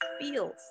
feels